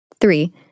Three